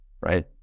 right